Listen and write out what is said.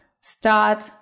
Start